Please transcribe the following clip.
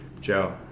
Joe